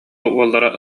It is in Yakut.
уоллара